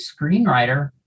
screenwriter